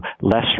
less